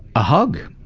a hug.